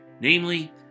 Namely